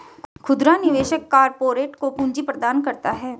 खुदरा निवेशक कारपोरेट को पूंजी प्रदान करता है